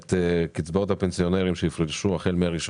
את קצבאות הפנסיונרים שיפרשו החל מה-1